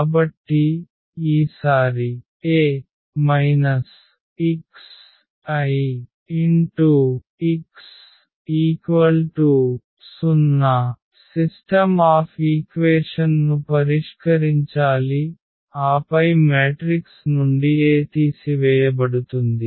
కాబట్టి ఈసారిA xIx 0 system of equation ను పరిష్కరించాలి ఆపై మ్యాట్రిక్స్ నుండి A తీసివేయబడుతుంది